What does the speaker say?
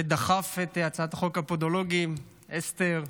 שדחף את הצעת חוק הפודולוגים, אסתר,